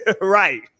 Right